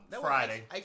Friday